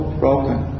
broken